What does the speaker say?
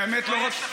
האמת,